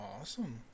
awesome